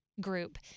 group